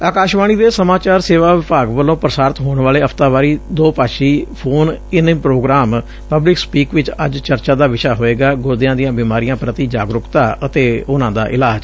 ਆਕਾਸ਼ਵਾਣੀ ਦੇ ਸਮਾਚਾਰ ਸੇਵਾ ਵਿਭਾਗ ਵੱਲੋਂ ਪ੍ਰਸਾਰਿਤ ਹੋਣ ਵਾਲੇ ਹਫ਼ਤਾਵਾਰੀ ਦੋਭਾਸ਼ੀ phone in programme public speak ਚ ਅੱਜ ਚਰਚਾ ਦਾ ਵਿਸ਼ਾ ਹੋਵੇਗਾ ਗੁਰਦਿਆਂ ਦੀਆਂ ਬੀਮਾਰੀਆ ਪ੍ਰਤੀ ਜਾਗਰੂਕਤਾ ਅਤੇ ਉਨਾਂ ਦਾ ਇਲਾਜ